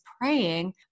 praying